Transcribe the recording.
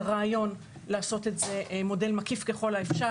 או בצורה שדומה לרעיון של לעשות את זה מודל מקיף ככל האפשר,